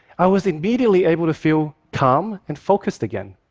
i was immediately able to feel calm and focused again.